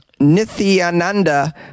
Nithyananda